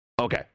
Okay